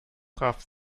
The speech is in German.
traf